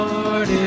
Lord